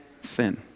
sin